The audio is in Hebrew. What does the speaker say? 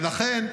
ולכן,